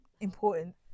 important